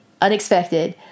unexpected